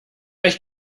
ich